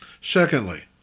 Secondly